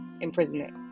imprisonment